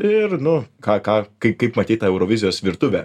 ir nu ką ką kaip kaip matei tą eurovizijos virtuvę